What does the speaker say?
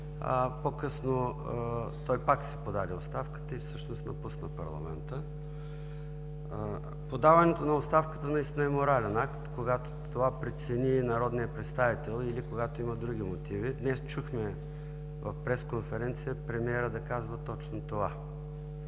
По-късно той пак си подаде оставката и всъщност напусна парламента. Подаването на оставката наистина е морален акт, когато това прецени народният представител или когато има други мотиви. Днес чухме в пресконференция премиерът да казва точно това.